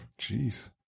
jeez